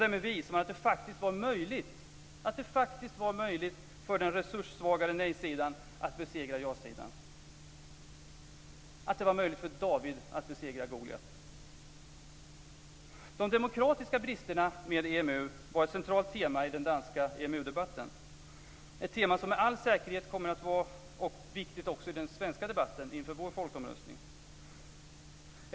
Därmed visade man att det faktiskt var möjligt för den resurssvagare nej-sidan att besegra ja-sidan. Det var möjligt för David att besegra Goliat. Det är ett tema som med all säkerhet kommer att vara viktigt också i den svenska debatten inför vår folkomröstning.